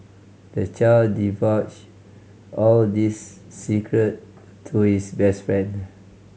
the child divulged all this secret to his best friend